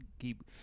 keep